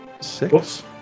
six